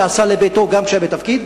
שעשה לביתו גם כשהיה בתפקיד,